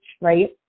right